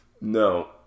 No